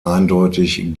eindeutig